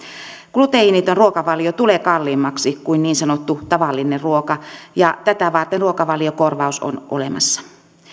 gluteeniton ruokavalio tulee kalliimmaksi kuin niin sanottu tavallinen ruoka ja tätä varten ruokavaliokorvaus on olemassa